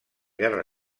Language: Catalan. guerra